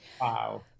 wow